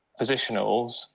positionals